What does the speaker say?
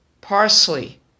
parsley